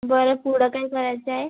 बरं पुढं काय करायचं आहे